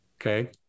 Okay